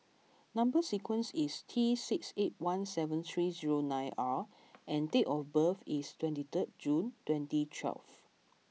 number sequence is T six eight one seven three zero nine R and date of birth is twenty third June twenty twelve